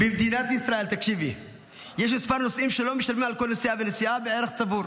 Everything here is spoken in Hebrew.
במדינת ישראל יש כמה נוסעים שלא משלמים על כל נסיעה ונסיעה בערך צבור.